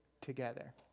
together